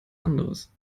anderes